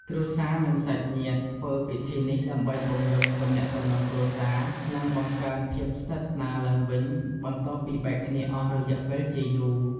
គ្រួសារ និងសាច់ញាតិធ្វើពិធីនេះដើម្បីពង្រឹងទំនាក់ទំនងគ្រួសារ និងបង្កើនភាពស្និទ្ធស្នាលឡើងវិញ បន្ទាប់ពីបែកគ្នាអស់រយៈពេលជាយូរ។